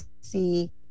see